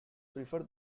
prefer